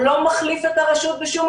הוא לא מחליף את הרשות בשום אופן.